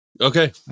Okay